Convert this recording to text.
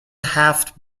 هفت